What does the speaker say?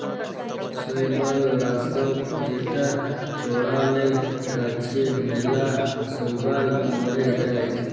শৈবাল লাশক যেটা চ্ড়ালে গাছে ম্যালা শৈবাল ম্যরে যায়